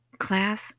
Class